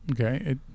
Okay